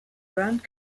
grand